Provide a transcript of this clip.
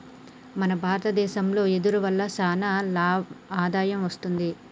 మన భారత దేశంలో వెదురు వల్ల సానా ఆదాయం వస్తుంది